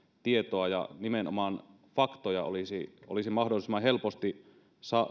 tietoa ja nimenomaan faktoja olisi olisi mahdollisimman helposti